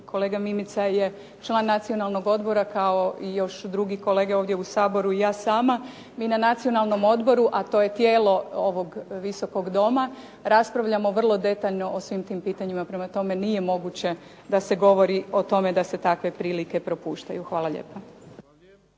kolega Mimica je član Nacionalnog odbora kao i još drugi kolege ovdje u Saboru, i ja sama. Mi na Nacionalnom odboru, a to je tijelo ovog Visokog doma, raspravljamo vrlo detaljno o svim tim pitanjima, prema tome nije moguće da se govori o tome da se takve prilike propuštaju. Hvala lijepo.